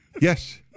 Yes